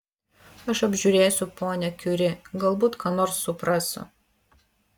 aš apžiūrėsiu ponią kiuri galbūt ką nors suprasiu